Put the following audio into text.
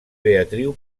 beatriu